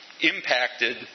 impacted